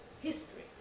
history